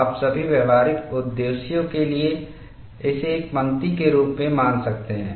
आप सभी व्यावहारिक उद्देश्यों के लिए इसे एक पंक्ति के रूप में मान सकते हैं